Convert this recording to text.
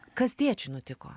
kas tėčiui nutiko